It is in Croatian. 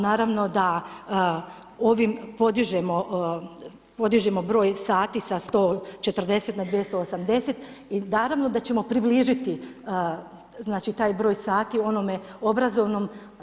Naravno da ovim podižemo broj sati sa 140 na 280 i naravno da ćemo približiti znači, taj broj sati onome obrazovnom.